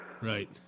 Right